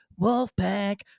WOLFPACK